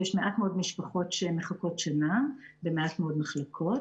יש מעט מאוד משפחות שמחכות שנה במעט מאוד מחלקות.